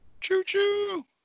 Choo-choo